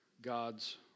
God's